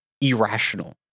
irrational